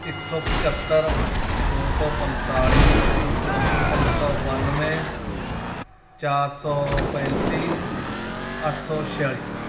ਇੱਕ ਸੌ ਪੰਝੱਤਰ ਦੋ ਸੌ ਪੰਨਤਾਲੀ ਤਿੰਨ ਸੌ ਬਾਨਵੇਂ ਚਾਰ ਸੌ ਪੈਂਤੀ ਅੱਠ ਸੌ ਛਿਆਲੀ